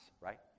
right